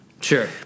Sure